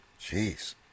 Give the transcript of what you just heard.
Jeez